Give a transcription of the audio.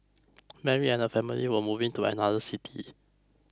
Mary and her family were moving to another city